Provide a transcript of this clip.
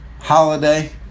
holiday